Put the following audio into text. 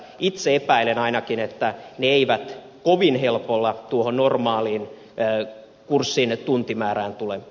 itse epäilen ainakin että ne eivät kovin helpolla tuohon normaaliin kurssin tuntimäärään tule